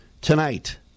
Tonight